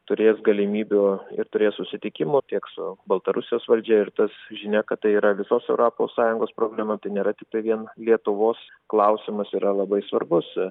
turės galimybių ir turės susitikimų tiek su baltarusijos valdžia ir tas žinia kad tai yra visos europos sąjungos problema tai nėra tik vien lietuvos klausimas yra labai svarbus